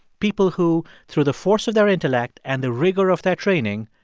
people, who through the force of their intellect and the rigor of their training,